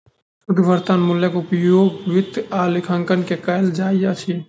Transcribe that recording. शुद्ध वर्त्तमान मूल्यक उपयोग वित्त आ लेखांकन में कयल जाइत अछि